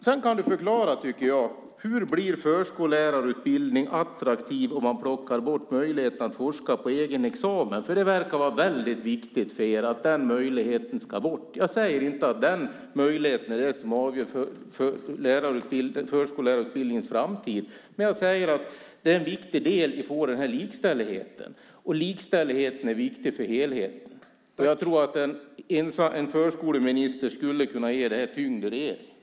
Sedan kan du förklara hur förskollärarutbildningen blir attraktiv om man plockar bort möjligheten att forska på egen examen. Det verkar vara väldigt viktigt för er att plocka bort den möjligheten. Jag säger inte att den möjligheten är avgörande för förskollärarutbildningens framtid, men det är en viktig del i likställigheten, och likställigheten är viktig för helheten. Jag tror att en förskoleminister skulle kunna ge det här en viss tyngd.